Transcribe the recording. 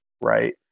right